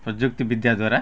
ପ୍ରଯୁକ୍ତିବିଦ୍ୟା ଦ୍ଵାରା